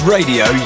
Radio